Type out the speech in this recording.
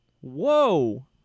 Whoa